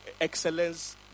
excellence